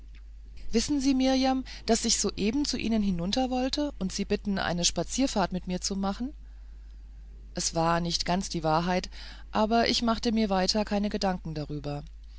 wissen sie mirjam daß ich soeben zu ihnen hinuntergehen wollte und sie bitten eine spazierfahrt mit mir zu machen es war nicht ganz die wahrheit aber ich machte mir weiter keine gedanken darüber